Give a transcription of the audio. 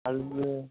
அது